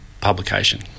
publication